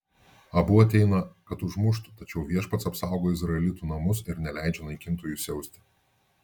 abu ateina kad užmuštų tačiau viešpats apsaugo izraelitų namus ir neleidžia naikintojui siausti